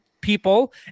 people